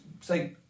say